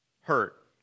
hurt